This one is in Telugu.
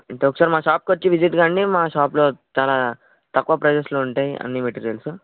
అంటే ఒకసారి మా షాప్కొచ్చి విజిట్ కండి మా షాప్లో చాలా తక్కువ ప్రైజెస్లో ఉంటాయి అన్ని మెటీరియల్స్